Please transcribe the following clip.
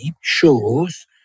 shows